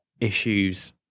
issues